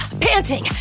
panting